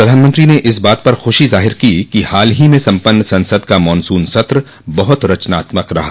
प्रधानमंत्री ने इस बात पर खुशी जाहिर की कि हाल ही में सम्पन्न संसद का मॉनसून सत्र बहुत रचनात्मक रहा